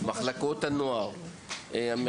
מחלקות הנוער של הרשויות המקומיות,